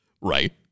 right